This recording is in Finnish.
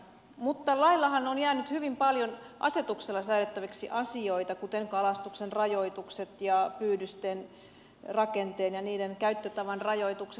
mutta lakiinhan on jäänyt hyvin paljon asetuksella säädettäviksi asioita kuten kalastuksen rajoitukset ja pyydysten rakenteen ja niiden käyttötavan rajoitukset